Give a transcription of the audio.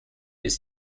ist